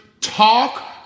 talk